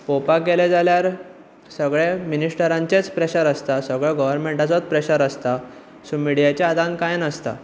पळोवपाक गेले जाल्यार सगळे मिनिस्टरांचेंच प्रेशर आसता सगळो गोव्रनमेंटाचोच प्रेशर आसता सो मिडियाच्या हातान कांय नासता